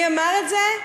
מי אמר את זה?